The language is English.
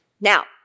Now